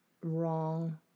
wrong